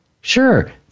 sure